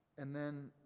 and then,